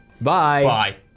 bye